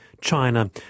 China